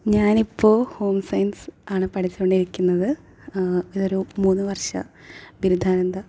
ഞാനിപ്പോൾ home science ആണ് പഠിച്ചുകൊണ്ടിരിക്കുന്നത് ഇതൊരു മൂന്നുവർഷ ബിരുദാനന്ത